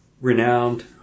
Renowned